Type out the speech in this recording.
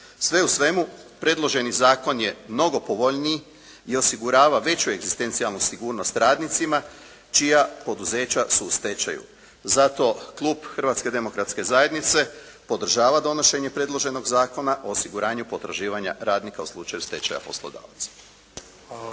Sve u svemu, predloženi zakon je mnogo povoljniji i osigurava veću egzistencijalnu sigurnost radnicima čija poduzeća su u stečaju. Zato klub Hrvatske demokratske zajednice podržava donošenje predloženog Zakona o osiguranju potraživanja radnika u slučaju stečaja poslodavaca.